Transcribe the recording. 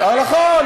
נכון,